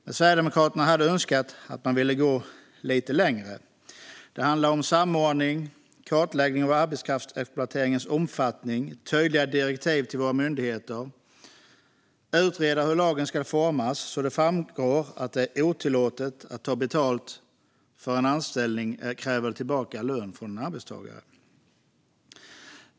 Men Sverigedemokraterna hade önskat att man ville gå lite längre. Det handlar om samordning, kartläggning av arbetskraftsexploateringens omfattning, tydligare direktiv till våra myndigheter samt utredning av hur lagen ska utformas så att det framgår att det är otillåtet att ta betalt för en anställning eller att kräva tillbaka lön från en arbetstagare.